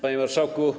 Panie Marszałku!